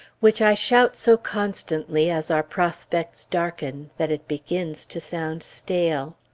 which i shout so constantly, as our prospects darken, that it begins to sound stale.